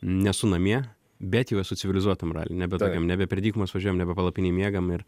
nesu namie bet jau esu civilizuotam raly nebe tokiam nebe per dykumas važiuojam nebe palapinėj miegam ir